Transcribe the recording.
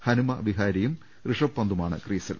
ഹനുമ വിഹാരിയും ഋഷഭ് പന്തുമാണ് ക്രീസിൽ